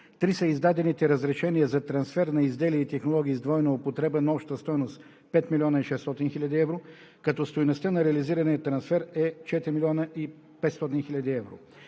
Три са издадените разрешения за трансфер на изделия и технологии с двойна употреба на обща стойност 5 млн. и 600 хил. евро, като стойността на реализирания трансфер е 4 млн. и 500 хил. евро.